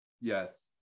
Yes